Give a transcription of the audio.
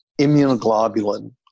immunoglobulin